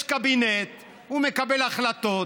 יש קבינט, הוא מקבל החלטות.